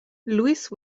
lewis